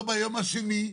לא ביום השני,